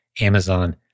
Amazon